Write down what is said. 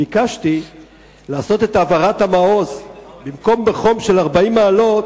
ביקשתי לעשות את העברת המעוז במקום בחום של 40 מעלות,